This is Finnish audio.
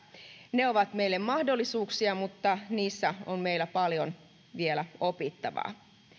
ne ovat meille mahdollisuuksia mutta niissä on meillä paljon vielä opittavaa